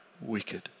wicked